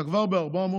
אתה כבר ב-400.